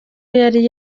yari